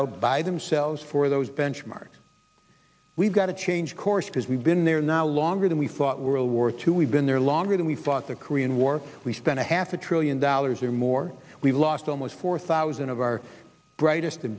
out by themselves for those benchmarks we've got to change course because we've been there now longer than we fought world war two we've been there longer than we thought the korean war we spent a half a trillion dollars or more we've lost almost four thousand of our brightest